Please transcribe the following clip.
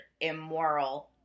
immoral